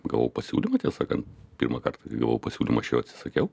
gavau pasiūlymą tiesą saknat pirmąkart kai gavau pasiūlymą aš jo atsisakiau